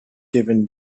given